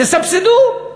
תסבסדו.